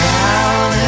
Down